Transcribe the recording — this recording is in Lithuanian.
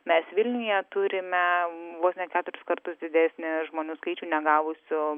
mes vilniuje turime vos ne keturis kartus didesnį žmonių skaičių negavusių